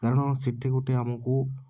କାରଣ ସେଇଠି ଗୋଟେ ଆମକୁ